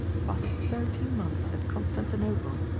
passes thirteen months at constantinople,